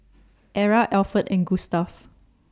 Era Alferd and Gustave